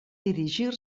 dirigir